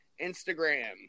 Instagram